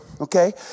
okay